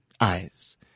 eyes